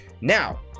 now